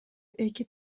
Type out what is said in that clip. эки